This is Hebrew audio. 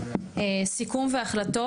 סיכום והחלטות,